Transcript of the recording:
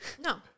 No